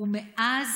ומאז